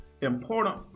important